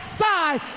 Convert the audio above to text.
side